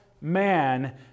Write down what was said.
man